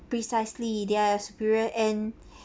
precisely they're superior and